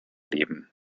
leben